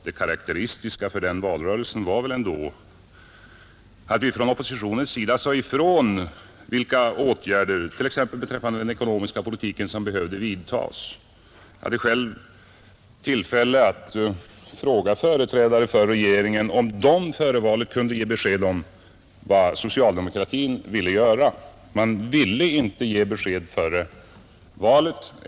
Det karakteristiska för valrörelsen var ändå att vi från oppositionens sida sade ifrån t.ex. vilka åtgärder som behövde vidtas beträffande den ekonomiska politiken, Jag hade själv tillfälle att fråga företrädare för regeringen, om man före valet skulle ge — Nr 105 besked om var socialdemokratin stod. Men man ville inte ge besked före valet.